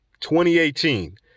2018